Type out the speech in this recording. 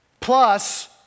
plus